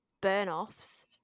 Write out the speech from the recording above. burn-offs